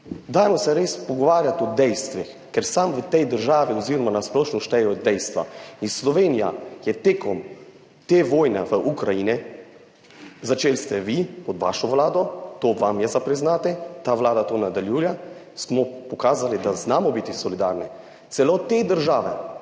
dajmo se res pogovarjati o dejstvih, ker sam v tej državi oziroma na splošno štejejo dejstva. In Slovenija je tekom te vojne v Ukrajini, začeli ste vi pod vašo Vlado, to vam je za priznati, ta Vlada to nadaljuje, smo pokazali, da znamo biti solidarni, celo te države,